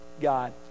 God